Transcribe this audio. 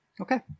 Okay